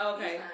Okay